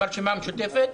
ברשימה המשותפת,